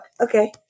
Okay